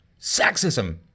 sexism